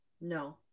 No